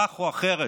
כך או אחרת,